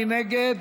מי נגד?